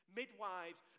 midwives